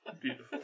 Beautiful